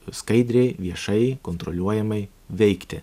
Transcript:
skaidriai viešai kontroliuojamai veikti